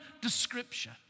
description